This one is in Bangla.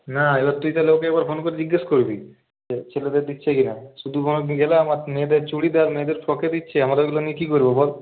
না এবার তুই তাহলে ওকে একবার ফোন করে জিজ্ঞেস করবি যে ছেলেদের দিচ্ছে কিনা শুধু গেলাম আর মেয়েদের চুরিদার মেয়েদের ফ্রকে দিচ্ছে আমাদের ওগুলো নিয়ে কি করবো বল